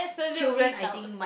children I think might